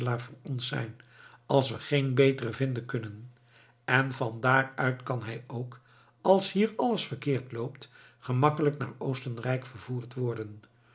voor ons zijn als we geen beteren vinden kunnen en van daar uit kan hij ook als hier alles verkeerd loopt gemakkelijk naar oostenrijk vervoerd worden